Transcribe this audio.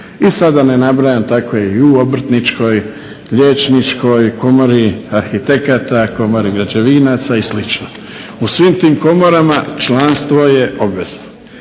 I sada da ne nabrajam takve i u Obrtničkoj, Liječničkoj komori, arhitekata, komori građevinaca i sl. U svim tim komorama članstvo je obaveza.